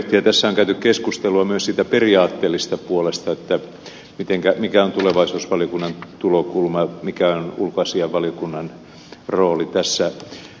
tässä on käyty keskustelua myös siitä periaatteellisesta puolesta mikä on tulevaisuusvaliokunnan tulokulma mikä on ulkoasiainvaliokunnan rooli tässä